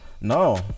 No